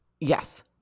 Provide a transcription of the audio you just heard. Yes